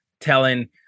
telling